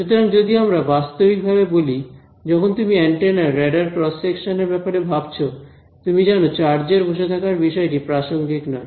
সুতরাং যদি আমরা বাস্তবিক ভাবে বলি যখন তুমি অ্যান্টেনার রেডার ক্রস সেকশন এর ব্যাপারে ভাবছো তুমি জানো চার্জের বসে থাকার বিষয়টি প্রাসঙ্গিক নয়